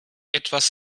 etwas